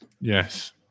Yes